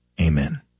Amen